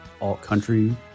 alt-country